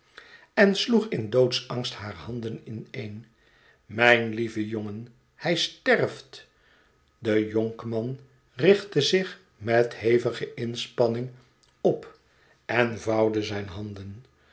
en sloeg in doodsangst haar handen ineen mijn lieve jongen hij sterft de jonkman richtte zich met hevige inspanning op en vouwde zijn handen